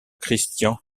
christian